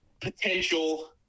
potential